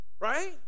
right